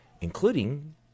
including